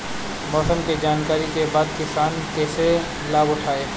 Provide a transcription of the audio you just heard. मौसम के जानकरी के बाद किसान कैसे लाभ उठाएं?